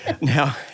Now